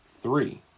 three